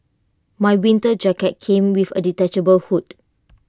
my winter jacket came with A detachable hood